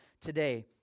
today